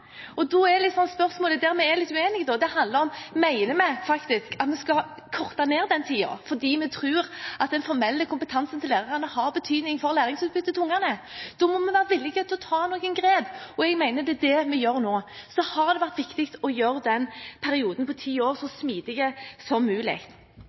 spørsmålet som vi er litt uenige om: Mener vi faktisk at vi skal korte ned den tiden fordi vi tror at den formelle kompetansen til lærerne har betydning for læringsutbyttet til barna? Da må vi være villige til å ta noen grep, og jeg mener at det er det vi gjør nå. Så har det vært viktig å gjøre perioden på ti år